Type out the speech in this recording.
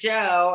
Joe